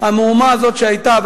המהומה הזאת שהיתה,